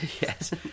Yes